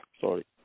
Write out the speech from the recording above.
Sorry